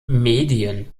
medien